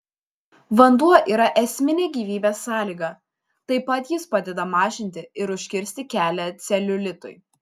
vanduo yra esminė gyvybės sąlyga taip pat jis padeda mažinti ir užkirsti kelią celiulitui